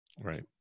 Right